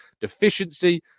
deficiency